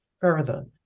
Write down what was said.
further